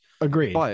Agreed